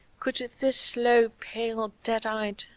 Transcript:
could this slow, pale, dead-eyed,